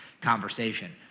conversation